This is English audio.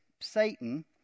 Satan